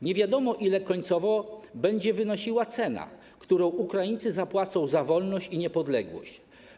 Nie wiadomo, ile końcowo będzie wynosiła cena, którą Ukraińcy zapłacą za wolność i niepodległość.